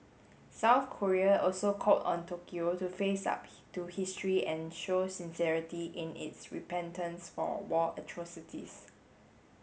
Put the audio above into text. South Korea also called on Tokyo to face up to history and show sincerity in its repentance for war atrocities